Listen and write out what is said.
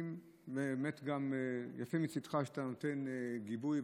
באמת יפה מצידך שאתה נותן גיבוי,